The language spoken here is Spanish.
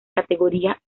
categorías